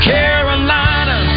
Carolina